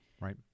Right